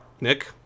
Nick